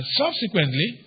subsequently